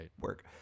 work